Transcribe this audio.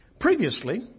Previously